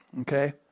Okay